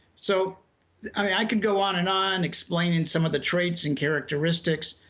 so i could go on and on explaining some of the traits and characteristics,